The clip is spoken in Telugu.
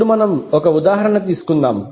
ఇప్పుడు మనం ఒక ఉదాహరణ తీసుకుందాం